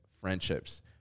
friendships